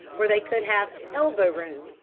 where they could have elbow room,